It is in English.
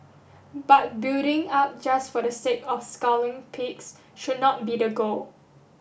but building up just for the sake of scaling peaks should not be the goal